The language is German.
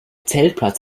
zeltplatz